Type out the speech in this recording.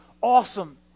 awesome